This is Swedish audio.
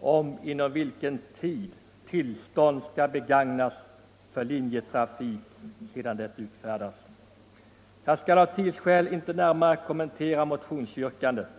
om inom vilken tid tillstånd skall begagnas för linjetrafik sedan det utfärdats. Jag skall av tidsskäl inte närmare kommentera motionsyrkandet.